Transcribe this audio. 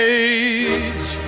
age